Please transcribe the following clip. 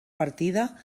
partida